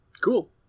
Cool